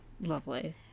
Lovely